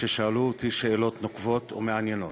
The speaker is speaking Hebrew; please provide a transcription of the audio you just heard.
ששאלו אותי שאלות נוקבות ומעניינות.